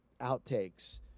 outtakes